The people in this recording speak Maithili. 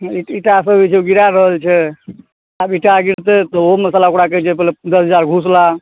ईंटा सब जे छै ओ गिरा रहल छै आब ईंटा गिरतै तऽ ओहोमे साला ओकरा कहै छै पहिले दस हजार घूस ला